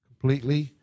completely